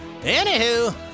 Anywho